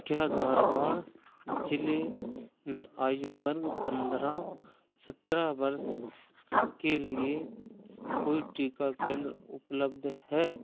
क्या धारवाड़ जिले में आयु वर्ग पंद्रह सत्रह वर्ष के लिए कोई टीका केंद्र उपलब्ध है